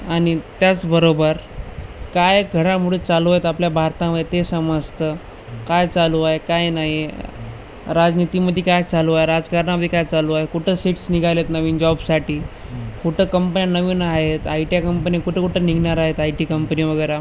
आणि त्याचबरोबर काय घघडामोडी चालू आहेत आपल्या भारतामध्ये ते समजतं काय चालू आहे काय नाहीये राजनीती मध्ये काय चालू आहे राजकारणामध्ये काय चालू आहे कुठ सीट्स निघालेत नवीन जॉब साठी कुठं कंपन्या नवीन आहेत आय टी आ कंपनी कुठं कुठं निघणार आहे आय टी कंपनी वगैर